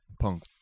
Punk